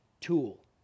tool